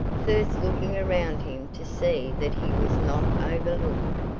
first looking around him to see that he was not overlooked,